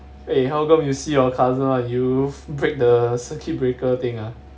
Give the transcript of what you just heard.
eh how come you see your cousin ah you break the circuit breaker thing ah